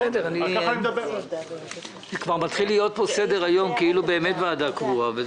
זה כבר מתחיל להיות סדר-יום כאילו באמת ועדה קבועה.